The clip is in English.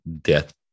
death